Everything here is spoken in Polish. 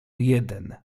jeden